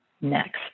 next